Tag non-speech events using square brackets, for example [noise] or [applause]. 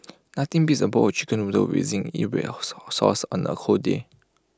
nothing beats A bowl of Chicken Noodles within [unintelligible] sauce on A cold day